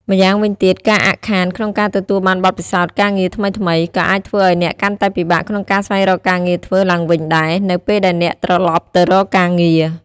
ម្យ៉ាងវិញទៀត ការអាក់ខានក្នុងការទទួលបានបទពិសោធន៍ការងារថ្មីៗ ក៏អាចធ្វើឱ្យអ្នកកាន់តែពិបាកក្នុងការស្វែងរកការងារធ្វើឡើងវិញដែរ នៅពេលដែលអ្នកត្រលប់ទៅរកការងារ។